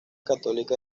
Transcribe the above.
católica